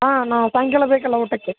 ಆಂ ನಾವು ಸಾಯಂಕಾಲ ಬೇಕಲ್ಲ ಊಟಕ್ಕೆ